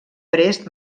prest